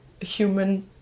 human